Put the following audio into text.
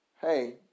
hey